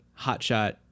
hotshot